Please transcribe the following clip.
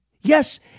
Yes